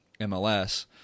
MLS